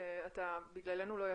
שאתה בגללנו לא ישן.